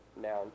noun